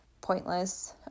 pointless